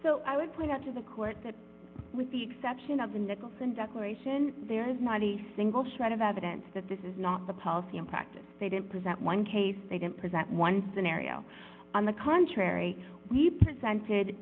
so i would point out to the court with the exception of in the declaration there is not a single shred of evidence that this is not the policy in practice they didn't present one case they didn't present one scenario on the contrary we presented